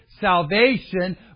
salvation